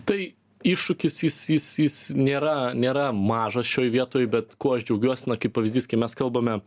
tai iššūkis jis jis jis nėra nėra mažas šioj vietoj bet kuo aš džiaugiuos na kaip pavyzdys kai mes kalbame